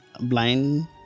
blind